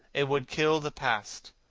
it would kill the past,